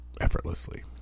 effortlessly